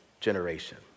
generation